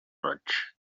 roig